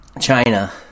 China